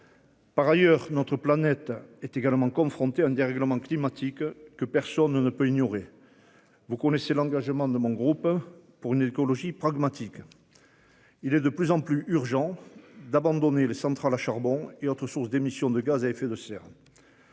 Par ailleurs, notre planète est également confronté à un dérèglement climatique que personne ne peut ignorer. Vous connaissez l'engagement de mon groupe. Pour une écologie pragmatique. Il est de plus en plus urgent d'abandonner les centrales à charbon et autres sources d'émissions de gaz à effet de serre.